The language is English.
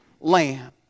lamb